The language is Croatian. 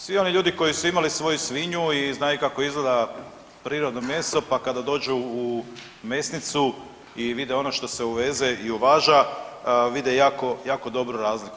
Svi oni ljudi koji su imali svoju svinju i znaju kako izgleda prirodno meso pa kada dođu u mesnicu i vide ono što se uveze i u uvaža, vide jako dobro razliku.